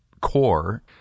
core